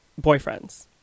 boyfriends